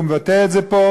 והוא מבטא את זה פה,